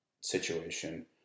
situation